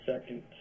Second